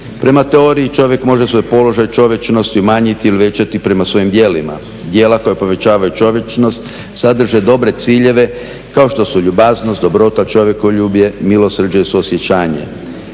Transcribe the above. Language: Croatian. Prema teoriji, čovjek može svoj položaj čovječnosti umanjiti ili uvećati prema svojim djelima. Djela koja povećavaju čovječnost sadrže dobre ciljeve kao što su ljubaznost, dobrota, čovjekoljublje, milosrđe i suosjećanje.